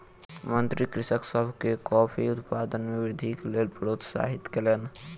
मंत्री कृषक सभ के कॉफ़ी उत्पादन मे वृद्धिक लेल प्रोत्साहित कयलैन